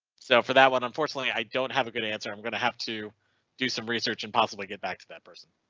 so for that one. unfortunately, i don't have a good answer. i'm gonna have to do some research and possibly get back to that person.